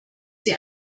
sie